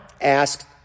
asked